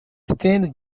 stained